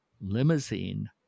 limousine